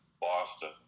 Boston